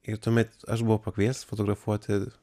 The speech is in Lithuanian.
ir tuomet aš buvau pakviestas fotografuoti